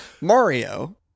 Mario